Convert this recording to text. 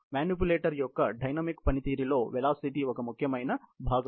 manipulator యొక్క dynamic పనితీరులో velocity ఒక ముఖ్యమైన భాగం